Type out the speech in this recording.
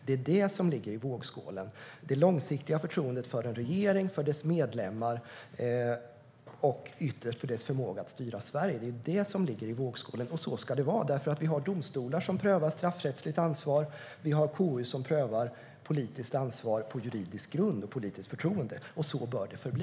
Det är det som ligger i vågskålen. Det långsiktiga förtroendet för en regering, för dess medlemmar och ytterst för dess förmåga att styra Sverige är vad som ligger i vågskålen - och så ska det vara. Vi har domstolar som prövar straffrättsligt ansvar. Vi har KU som prövar politiskt ansvar på juridisk grund och politiskt förtroende. Så bör det förbli.